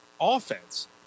offense